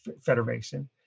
federation